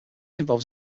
involves